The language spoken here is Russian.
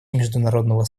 международного